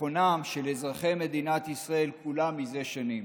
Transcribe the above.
ביטחונם של אזרחי מדינת ישראל כולם זה שנים.